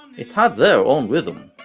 it had their own rhythm,